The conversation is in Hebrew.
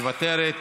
מוותרת,